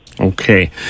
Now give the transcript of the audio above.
Okay